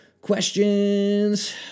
questions